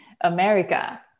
America